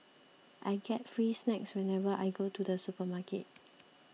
I get free snacks whenever I go to the supermarket